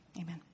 amen